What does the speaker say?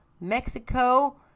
mexico